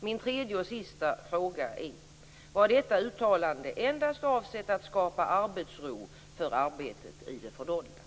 Min tredje och sista fråga är: Var detta uttalande endast avsett att skapa arbetsro för arbetet i det fördolda?